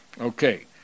Okay